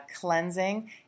cleansing